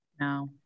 No